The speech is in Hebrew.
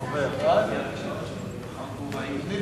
27